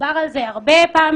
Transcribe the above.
דובר על כך הרבה פעמים,